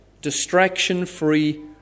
distraction-free